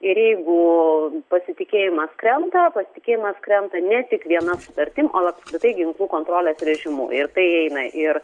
ir jeigu pasitikėjimas krenta pasitikėjimas krenta ne tik viena sutartim o apskritai ginklų kontrolės režimų ir į tai įeina ir